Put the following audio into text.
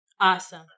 awesome